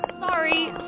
Sorry